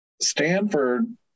Stanford